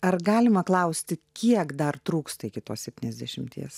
ar galima klausti kiek dar trūksta iki to septyniasdešimties